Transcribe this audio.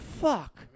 fuck